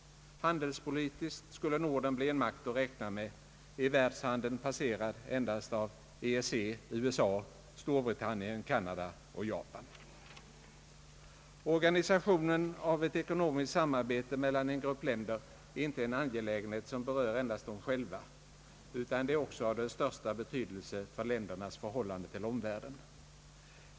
Handelspolitiskt skulle Norden bli en makt att räkna med, i världshandeln passerad endast av EEC, USA, Storbritannien, Canada och Japan. Organisationen av ett ekonomiskt samarbete mellan en grupp länder är inte en angelägenhet som berör endast dem själva, utan den är också av den största betydelse för ländernas förhållande till omvärlden.